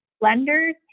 lenders